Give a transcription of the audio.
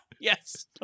Yes